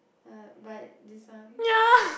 !huh! but this one